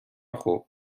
خوب